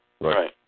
Right